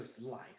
life